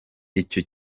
icyo